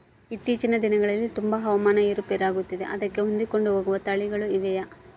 ಇತ್ತೇಚಿನ ದಿನಗಳಲ್ಲಿ ತುಂಬಾ ಹವಾಮಾನ ಏರು ಪೇರು ಆಗುತ್ತಿದೆ ಅದಕ್ಕೆ ಹೊಂದಿಕೊಂಡು ಹೋಗುವ ತಳಿಗಳು ಇವೆಯಾ?